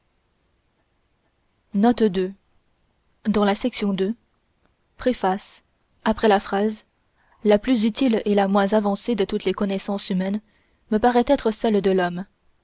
préface la plus utile et la moins avancée de toutes les connaissances humaines me paraît être celle de l'homme